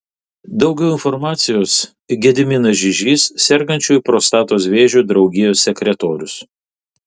daugiau informacijos gediminas žižys sergančiųjų prostatos vėžiu draugijos sekretorius